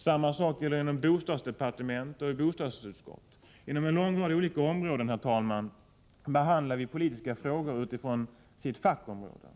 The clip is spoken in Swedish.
Samma sak gäller inom bostadsdepartementet och bostadsutskottet. Herr talman! Inom en lång rad olika områden behandlar vi politiska frågor utifrån fackområden,